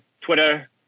Twitter